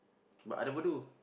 but I never do